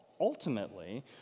ultimately